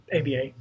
ABA